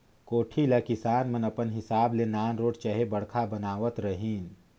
कोठी ल किसान मन अपन हिसाब ले नानरोट चहे बड़खा बनावत रहिन